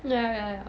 ya ya ya